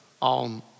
on